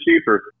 cheaper